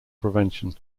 prevention